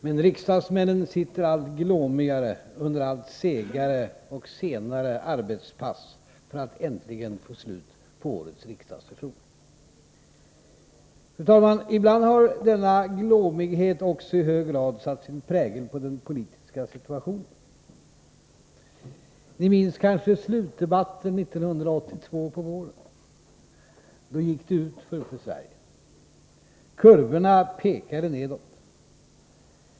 Men riksdagsmännen sitter allt glåmigare under allt segare och senare arbetspass för att äntligen få slut på årets riksdagssession. Fru talman! Ibland har denna glåmighet också i hög grad satt sin prägel på den politiska situationen. Ni minns kanske slutdebatten 1982 på våren. Då gick det utför för Sverige. Kurvorna pekade nedåt.